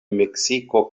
meksiko